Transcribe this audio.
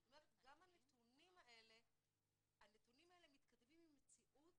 זאת אומרת גם הנתונים האלה מתכתבים עם מציאות